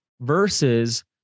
versus